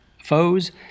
foes